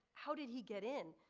how did he get in?